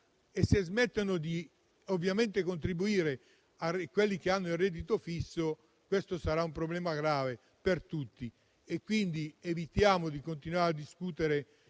E se smettono di contribuire coloro che hanno un reddito fisso, questo sarà un problema grave per tutti. Quindi, evitiamo di continuare a discutere